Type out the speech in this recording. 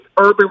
urban